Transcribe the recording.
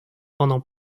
pendant